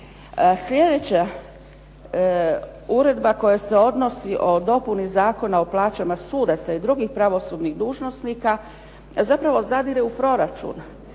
Sljedeća uredba koja se odnosi o Dopuni zakona o plaćama sudaca i drugih pravosudnih dužnosnika, zapravo zadire u proračun